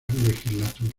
legislatura